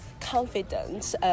confidence